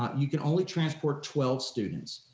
you can only transport twelve students.